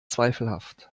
zweifelhaft